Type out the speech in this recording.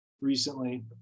recently